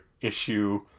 issue